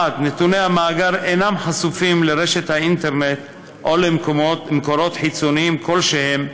1. נתוני המאגר אינם חשופים לרשת האינטרנט או למקורות חיצוניים כלשהם,